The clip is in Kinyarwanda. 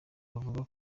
bavuga